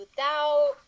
out